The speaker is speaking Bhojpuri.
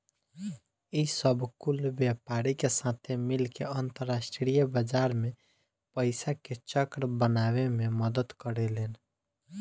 ई सब कुल व्यापारी के साथे मिल के अंतरास्ट्रीय बाजार मे पइसा के चक्र बनावे मे मदद करेलेन